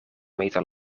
meter